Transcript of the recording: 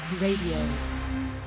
Radio